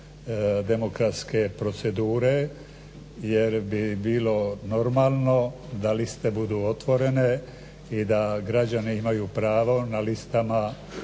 demokratske procedure jer bi bilo normalno da liste budu otvorene i da građani imaju pravo na listama